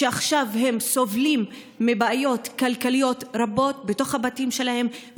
שעכשיו סובלות מבעיות כלכליות רבות בתוך הבתים שלהן,